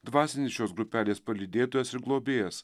dvasinis šios grupelės palydėtojas ir globėjas